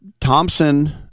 Thompson